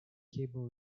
cable